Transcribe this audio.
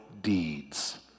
deeds